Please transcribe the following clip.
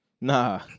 Nah